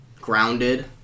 grounded